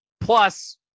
Plus